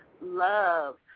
Love